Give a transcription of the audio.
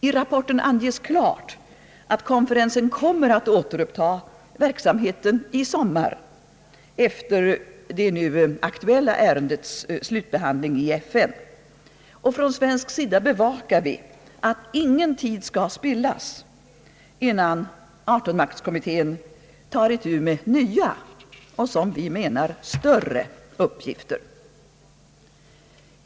I rapporten anges klart att konferensen kommer att återuppta verksamheten i sommar efter det nu aktuella ärendets slutbehandling i FN. Från svensk sida bevakar vi, att ingen tid skall spillas innan 18-maktskommittén tar itu med nya och som vi menar större uppgifter.